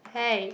hey